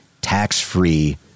tax-free